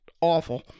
awful